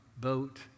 boat